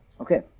Okay